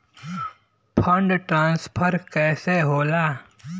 Fund transfer कैसे होला?